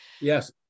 Yes